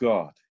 God